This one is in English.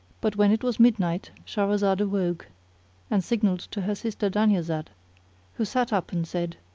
but when it was midnight shahrazad awoke and signalled to her sister dunyazad who sat up and said,